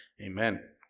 Amen